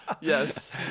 yes